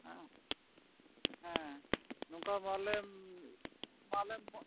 ᱦᱮᱸ ᱱᱚᱝᱠᱟ ᱢᱟᱞᱮᱢ ᱢᱟᱞᱮᱢ ᱮᱢᱚᱜ